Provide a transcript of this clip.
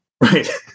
Right